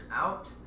out